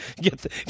Get